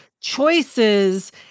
choices